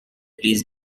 please